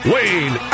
Wayne